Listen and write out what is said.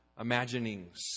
imaginings